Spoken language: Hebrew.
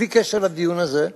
בלי קשר לדיון הזה,